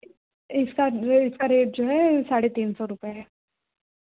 इसका रेट इसका रेट जो है साढ़े तीन सौ रुपये है